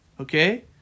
okay